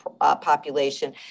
population